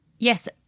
Yes